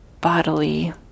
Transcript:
bodily